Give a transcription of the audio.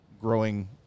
growing